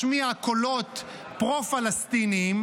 משמיע קולות פרו-פלסטיניים,